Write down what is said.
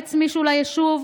פורץ מישהו ליישוב,